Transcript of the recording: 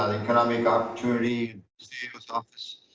economic opportunity office.